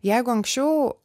jeigu anksčiau